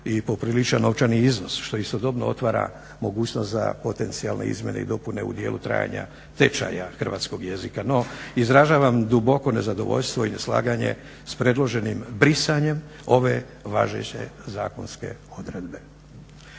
i popriličan novčani iznos što istodobno otvara mogućnost za potencijalne izmjene i dopune u dijelu trajanja tečaja hrvatskog jezika. No izražavam duboko nezadovoljstvo i neslaganje s predloženim brisanjem ove važeće zakonske odredbe.